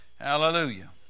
hallelujah